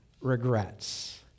regrets